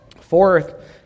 Fourth